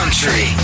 Country